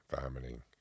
vomiting